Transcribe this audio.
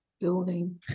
Building